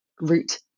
route